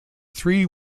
three